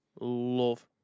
love